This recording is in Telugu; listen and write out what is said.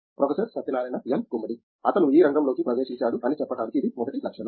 ప్రొఫెసర్ సత్యనారాయణ ఎన్ గుమ్మడి అతను ఈ రంగంలోకి ప్రవేశించాడు అని చెప్పటానికి ఇది మొదటి లక్షణం